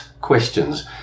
questions